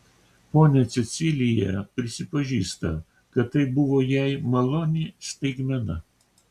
ponia cecilija prisipažįsta kad tai buvo jai maloni staigmena